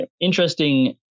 interesting